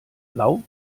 blau